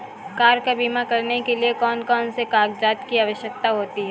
Car का बीमा करने के लिए कौन कौन से कागजात की आवश्यकता होती है?